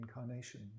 incarnation